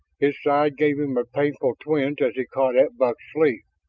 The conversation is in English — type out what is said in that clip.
his side gave him a painful twinge as he caught at buck's sleeve.